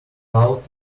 out